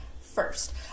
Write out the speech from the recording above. first